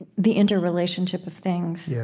the interrelationship of things,